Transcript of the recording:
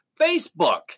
Facebook